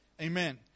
amen